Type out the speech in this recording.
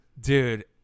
Dude